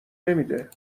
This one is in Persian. نمیده